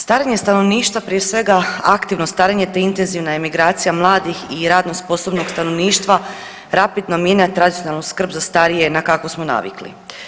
Starenje stanovništva prije svega aktivno starenje te intenzivna emigracija mladih i radno sposobnog stanovništva rapidno mijenja tradicionalnu skrb za starije na kakvu smo navikli.